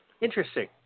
Interesting